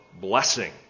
blessing